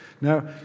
Now